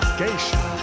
geisha